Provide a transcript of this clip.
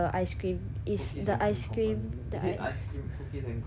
cookies and cream company is it ice cream cookies and cream company